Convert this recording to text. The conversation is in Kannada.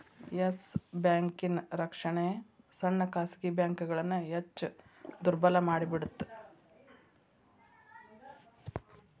ಎಸ್ ಬ್ಯಾಂಕಿನ್ ರಕ್ಷಣೆ ಸಣ್ಣ ಖಾಸಗಿ ಬ್ಯಾಂಕ್ಗಳನ್ನ ಹೆಚ್ ದುರ್ಬಲಮಾಡಿಬಿಡ್ತ್